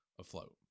afloat